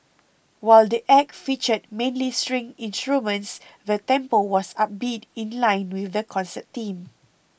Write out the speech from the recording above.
while the Act featured mainly string instruments the tempo was upbeat in line with the concert theme